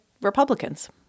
Republicans